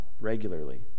regularly